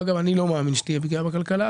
ואני לא מאמין שתהיה פגיעה בכלכלה,